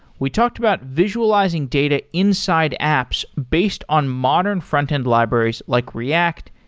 we talked about visualizing data inside apps based on modern frontend libraries like react,